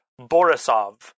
Borisov